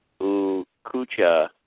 Ucucha